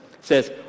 says